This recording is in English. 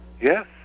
Yes